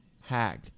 hag